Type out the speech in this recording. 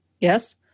Yes